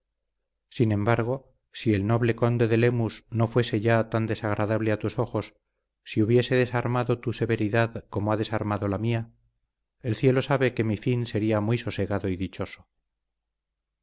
sin embargo si el noble conde de lemus no fuese ya tan desagradable a tus ojos si hubiese desarmado tu severidad como ha desarmado la mía el cielo sabe que mi fin sería muy sosegado y dichoso